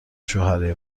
شوهرای